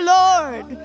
lord